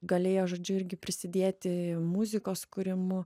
galėjo žodžiu irgi prisidėti muzikos kūrimu